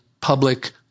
public